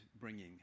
bringing